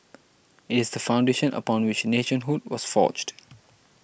it is the foundation upon which nationhood was forged